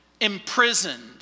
imprisoned